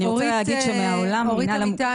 אורית אמיתי,